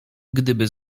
gdyby